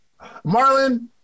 marlon